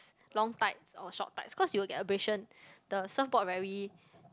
long tights or short tights because you'll get abrasion the surf board very